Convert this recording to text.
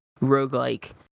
Roguelike